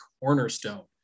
cornerstone